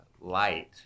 light